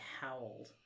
howled